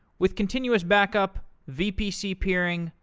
with continuous back-up, vpc peering,